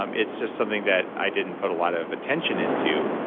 um it's just something that i didn't put a lot of attention into,